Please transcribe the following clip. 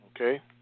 Okay